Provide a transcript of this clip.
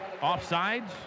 Offsides